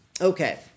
Okay